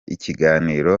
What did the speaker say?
ikiganiro